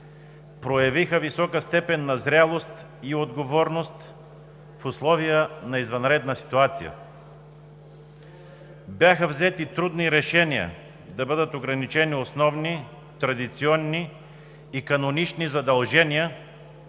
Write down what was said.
проявиха висока степен на зрялост и отговорност в условия на извънредна ситуация. Бяха взети трудни решения – да бъдат ограничени основни традиционни и канонични задължения